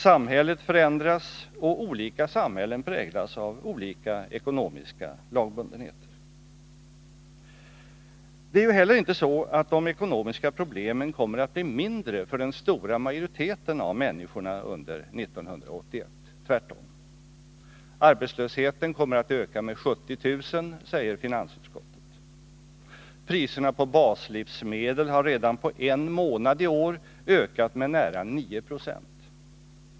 Samhället förändras och olika samhällen präglas av olika ekonomiska lagbundenheter. Det är ju heller inte så att de ekonomiska problemen kommer att bli mindre för den stora majoriteten av människorna under 1981. Tvärtom. Arbetslösheten kommer att öka med 70 000 säger finansutskottet. Priserna på baslivsmedel har redan på en månad i år ökat med nära 9 96.